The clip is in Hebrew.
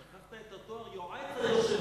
שכחת את התואר יועץ היושב-ראש.